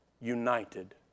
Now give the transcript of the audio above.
united